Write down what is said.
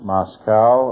Moscow